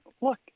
Look